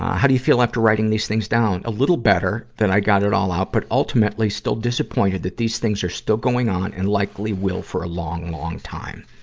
how do you feel after writing these things down? a little better that i got it all out, but ultimately still disappointed that these things are still going on, and likely will for a long, long time.